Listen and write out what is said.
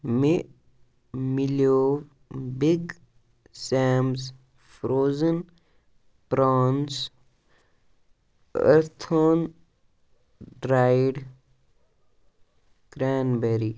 مےٚ میلیٚو big sims frozen prawns earth one dried کرین berry